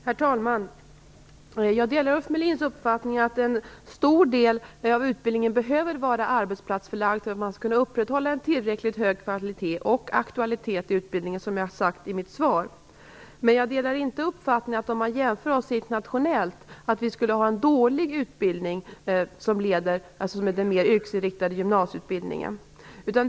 Herr talman! Jag delar Ulf Melins uppfattning att en stor del av utbildningen behöver vara arbetsplatsförlagd för att man skall kunna upprätthålla en tillräckligt hög kvalitet och aktualitet i utbildningen, som jag tidigare sagt i mitt svar. Men jag delar inte uppfattningen att vi i Sverige, om man jämför oss internationellt, skulle ha en dålig utbildning i den mer yrkesinriktade gymnasieutbildningen.